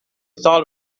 thought